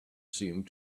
seemed